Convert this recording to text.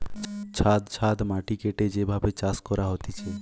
ছাদ ছাদ মাটি কেটে যে ভাবে চাষ করা হতিছে